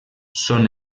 són